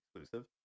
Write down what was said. exclusive